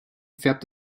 färbt